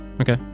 Okay